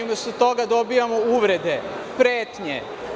Umesto toga dobijamo uvrede, pretnje.